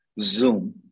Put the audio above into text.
Zoom